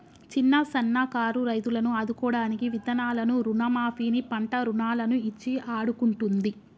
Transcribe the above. చిన్న సన్న కారు రైతులను ఆదుకోడానికి విత్తనాలను రుణ మాఫీ ని, పంట రుణాలను ఇచ్చి ఆడుకుంటుంది